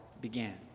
began